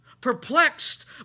Perplexed